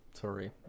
Sorry